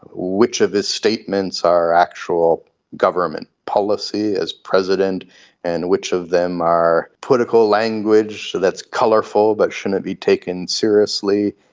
which of his statements are actual government policy as president and which of them are political language, so that's colourful but shouldn't be taken seriously,